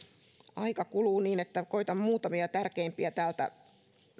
aika kuluu niin että koetan muutamia tärkeimpiä täältä